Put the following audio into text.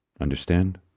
Understand